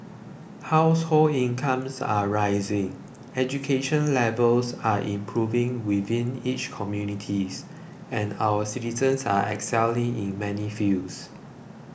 household incomes are rising education levels are improving within each communities and our citizens are excelling in many fields